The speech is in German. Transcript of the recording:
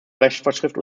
rechtsvorschrift